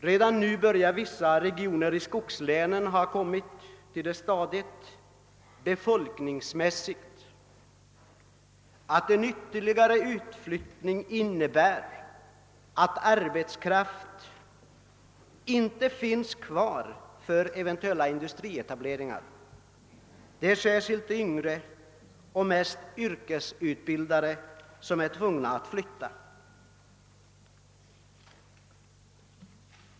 Redan nu börjar vissa regioner i skogslänen komma till det stadiet befolkningsmässigt, att en ytterligare utflyttning innebär att arbetskraft inte finns kvar för eventuella industrietableringar. Det är särskilt yngre och mest yrkesutbildade som är tvungna att flytta.